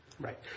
Right